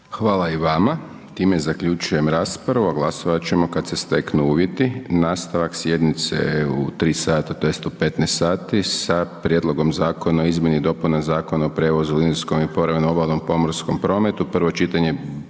Hvala i vama. Time zaključujem raspravu a glasovat ćemo kad se steknu uvjeti. Nastavak sjednice u 3 sata, tj. u 15 sati sa Prijedlogom Zakona o izmjeni i dopuni Zakona o prijevozu u linijskom i povremenom obalnom pomorskom prometu,